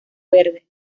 verde